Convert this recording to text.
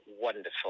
wonderful